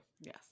Yes